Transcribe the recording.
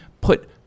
put